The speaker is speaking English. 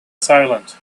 silent